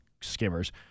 skimmers